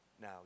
Now